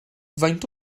faint